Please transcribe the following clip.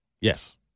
Yes